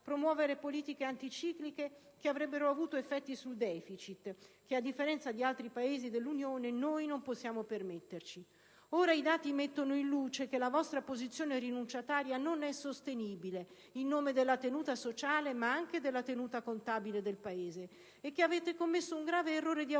promuovere politiche anticicliche che avrebbero avuto effetti sul *deficit*, che a differenza di altri Paesi dell'Unione noi non possiamo permetterci. Ora, i dati mettono in luce che la vostra posizione rinunciataria non è sostenibile, in nome della tenuta sociale, ma anche della tenuta contabile del Paese, e che avete commesso un grave errore di autosufficienza